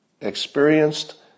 experienced